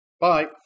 Bye